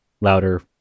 louder